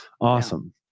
Awesome